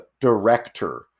director